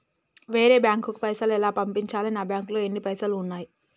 వేరే బ్యాంకుకు పైసలు ఎలా పంపించాలి? నా బ్యాంకులో ఎన్ని పైసలు ఉన్నాయి?